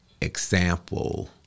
example